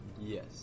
Yes